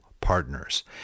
partners